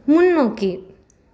முன்னோக்கி